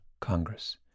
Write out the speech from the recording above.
Congress